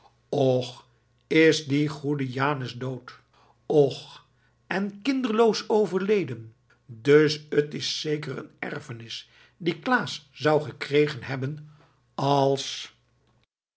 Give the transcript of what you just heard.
och is die goede janus dood och en kinderloos overleden dus het is zeker een erfenis die klaas zou gekregen hebben als